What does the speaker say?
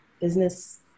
business